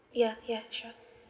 yeah yeah sure